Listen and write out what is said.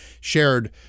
shared